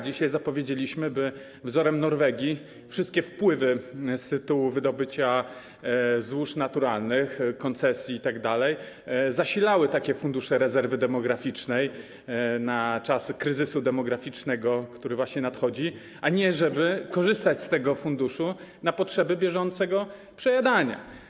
Dzisiaj zapowiedzieliśmy, by wzorem Norwegii wszystkie wpływy z tytułu wydobycia złóż naturalnych, koncesji itd. zasilały Fundusz Rezerwy Demograficznej w czasach kryzysu demograficznego, który właśnie nadchodzi, żeby nie wykorzystywać tego funduszu na potrzeby bieżącego przejadania.